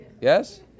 yes